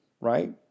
right